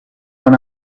when